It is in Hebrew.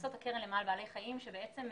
הכנסות הקרן למען בעלי חיים שאמורות